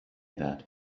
that